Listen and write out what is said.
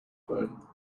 phone